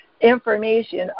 information